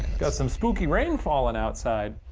got some spooky rain falling outside.